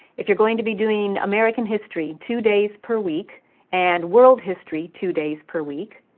if you're going to be doing american history two days per week and world history two days per week,